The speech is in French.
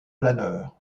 planeur